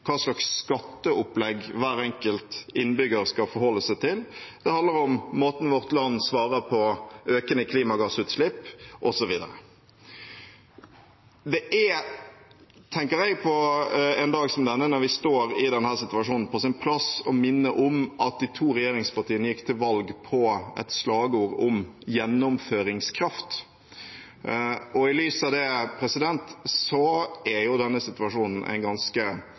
hva slags skatteopplegg hver enkelt innbygger skal forholde seg til. Det handler om måten vårt land svarer på økende klimagassutslipp på, osv. Det er – tenker jeg, på en dag som denne, da vi står i denne situasjonen – på sin plass å minne om at de to regjeringspartiene gikk til valg på et slagord om «gjennomføringskraft». I lys av det er denne situasjonen en ganske